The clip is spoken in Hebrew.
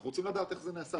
אנחנו רוצים לדעת איך זה נעשה.